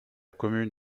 commune